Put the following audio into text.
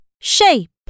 Shape